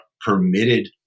permitted